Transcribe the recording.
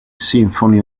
symphony